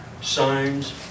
signs